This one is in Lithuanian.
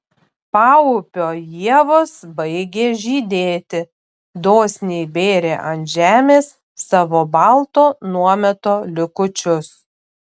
paupio ievos baigė žydėti dosniai bėrė ant žemės savo balto nuometo likučius